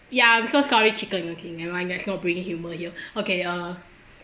ya I'm so sorry chicken okay never mind just not bring it over here okay uh